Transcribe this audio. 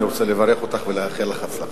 אני רוצה לברך אותך ולאחל לך הצלחה.